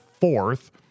fourth